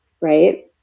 Right